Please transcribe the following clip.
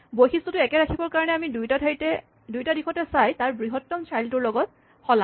বৈশিষ্টটো একে ৰাখিবৰ কাৰণে আমি দুয়োটা দিশতে চাই তাৰ বৃহত্তম চাইল্ড টোৰ লগত সলাম